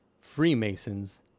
Freemasons